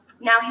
now